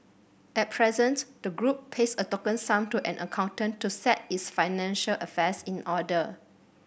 at present the group pays a token sum to an accountant to set its financial affairs in order